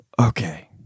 Okay